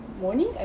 morning